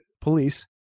police